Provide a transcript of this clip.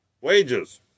Wages